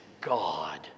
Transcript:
God